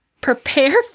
prepare